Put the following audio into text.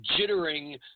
jittering